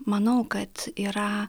manau kad yra